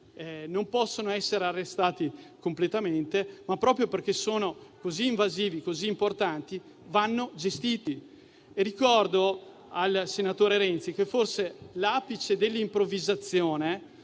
non possono essere arrestati completamente, ma proprio perché sono così invasivi e importanti vanno gestiti. Ricordo al senatore Renzi che forse l'apice dell'improvvisazione